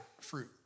fruit